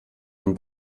ihn